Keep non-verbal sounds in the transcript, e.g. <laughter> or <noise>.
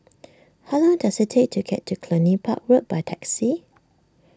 <noise> how long does it take to get to Cluny Park Road by taxi